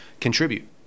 contribute